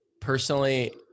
personally